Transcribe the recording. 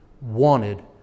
wanted